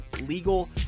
legal